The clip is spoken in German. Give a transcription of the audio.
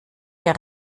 der